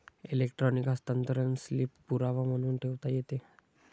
electronic हस्तांतरण slip पुरावा म्हणून ठेवता येते